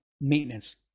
maintenance